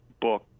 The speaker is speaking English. book